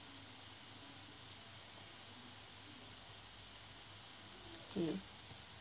mm